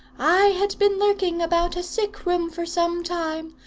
i had been lurking about a sick-room for some time,